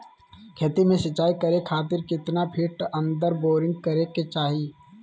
खेत में सिंचाई करे खातिर कितना फिट अंदर बोरिंग करे के चाही?